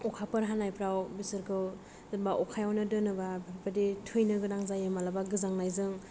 अखा फोर हानायफ्राव बिसोरखौ जेन'बा अखायावनो दोनोबा बेदि थैनो गोनां जायो मालाबा गोजांनायजों